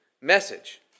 message